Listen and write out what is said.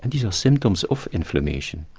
and these are symptoms of inflammation.